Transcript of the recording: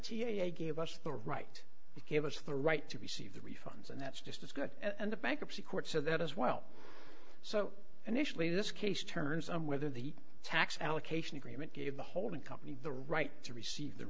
a gave us the right to give us the right to b c of the refunds and that's just as good and the bankruptcy court so that as well so initially this case turns on whether the tax allocation agreement gave the holding company the right to receive the